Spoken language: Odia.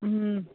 ହୁଁ